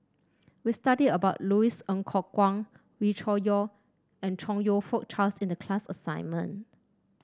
we studied about Louis Ng Kok Kwang Wee Cho Yaw and Chong You Fook Charles in the class assignment